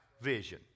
vision